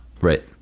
Right